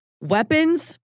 Weapons